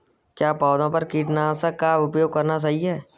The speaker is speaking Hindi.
क्या पौधों पर कीटनाशक का उपयोग करना सही है?